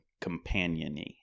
companion-y